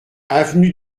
avenue